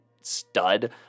stud